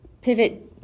pivot